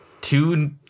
two